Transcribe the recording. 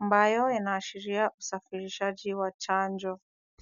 ambayo yanaashiria usafirishaji wa chanjo.